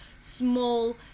small